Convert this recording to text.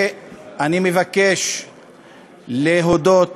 אני מבקש להודות